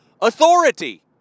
authority